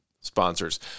sponsors